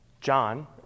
John